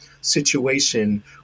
situation